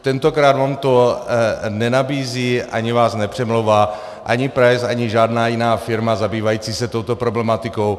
Tentokrát vám to nenabízí, ani vás nepřemlouvá, ani price, ani žádná jiná firma zabývající se touto problematikou.